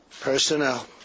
Personnel